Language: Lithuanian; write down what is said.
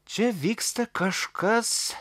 čia vyksta kažkas